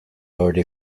already